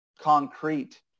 concrete